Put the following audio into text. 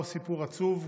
הוא סיפור עצוב,